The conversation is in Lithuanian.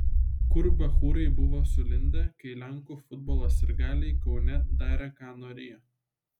kur bachūrai buvo sulindę kai lenkų futbolo sirgaliai kaune darė ką norėjo